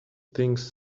things